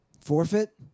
forfeit